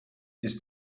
ist